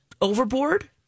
overboard